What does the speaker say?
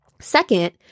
Second